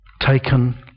taken